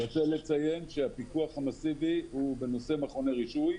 אני רוצה לציין שהפיקוח המסיבי הוא בנושא מכוני רישוי,